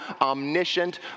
omniscient